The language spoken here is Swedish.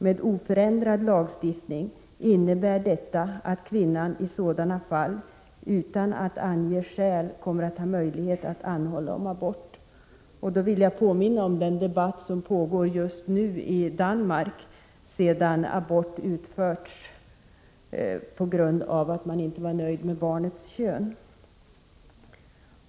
Med oförändrad lagstiftning innebär detta att kvinnan i sådana fall utan att ange skäl kommer att ha möjlighet att anhålla om abort.” I detta sammanhang vill jag påminna om den debatt som pågår just nu i Danmark, sedan abort utförts på grund av att man inte var nöjd med barnets kön.